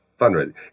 fundraising